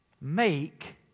make